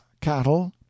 cattle